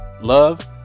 love